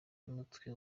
y’umutwe